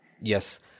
Yes